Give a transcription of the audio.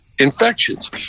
Infections